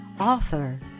author